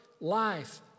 life